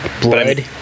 Blood